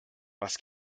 was